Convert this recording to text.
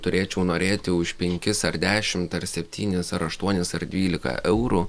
turėčiau norėti už penkis ar dešimt ar septynis ar aštuonis ar dvylika eurų